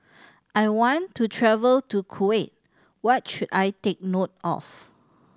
I want to travel to Kuwait what should I take note of